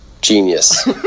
Genius